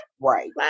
Right